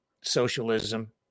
Socialism